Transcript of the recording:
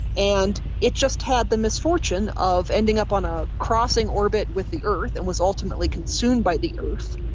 and it just had the misfortune of ending up on a crossing orbit with the earth and was ultimately consumed by the earth.